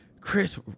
Chris